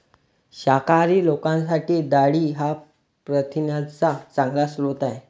शाकाहारी लोकांसाठी डाळी हा प्रथिनांचा चांगला स्रोत आहे